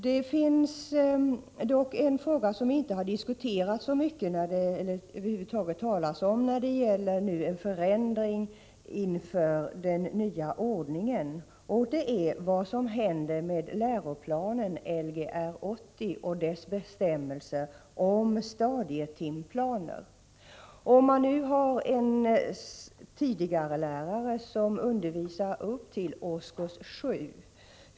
Det finns dock en fråga som inte har diskuterats så mycket eller över huvud taget talats om när det gäller en förändring inför den nya ordningen, och den gäller vad som händer med läroplanen Lgr 80 och dess bestämmelser om stadietimplaner. Låt oss anta att en tidigarelärare undervisar upp till årskurs 7.